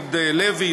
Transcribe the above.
לפיד לוי,